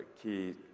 key